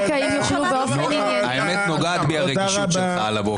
האמת, נוגעת בי הרגישות שלך על הבוקר.